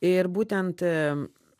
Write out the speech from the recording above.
ir būtent